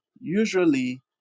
Usually